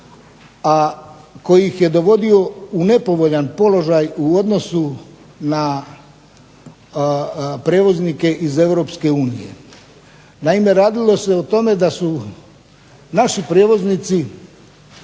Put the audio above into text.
a koji ih je vodio u nepovoljan položaj u odnosu na prijevoznike iz EU. Naime, radilo se o tome da su naši prijevoznici